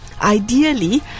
Ideally